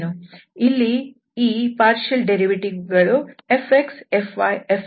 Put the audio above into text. ಇಲ್ಲಿ ಈ ಭಾಗಶಃ ಉತ್ಪನ್ನ ಗಳು fx fy ಮತ್ತು fz 3 ಕಂಪೋನೆಂಟ್ ಗಳನ್ನು ರಚಿಸುತ್ತವೆ